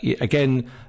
again